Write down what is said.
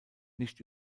nicht